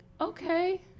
okay